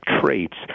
traits